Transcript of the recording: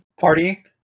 Party